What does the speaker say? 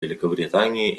великобритании